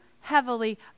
heavily